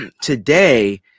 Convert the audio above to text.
today